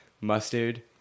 Mustard